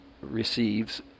receives